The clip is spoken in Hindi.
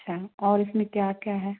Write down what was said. अच्छा और इसमें क्या क्या है